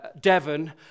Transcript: Devon